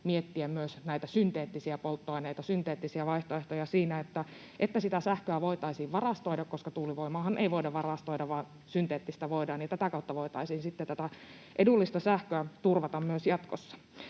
miettiä myös näitä synteettisiä polttoaineita, synteettisiä vaihtoehtoja siinä, että sitä sähköä voitaisiin varastoida? Nimittäin tuulivoimaahan ei voida varastoida, mutta synteettistä voidaan, ja tätä kautta voitaisiin sitten tätä edullista sähköä turvata myös jatkossa.